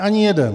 Ani jeden.